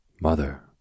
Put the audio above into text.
Mother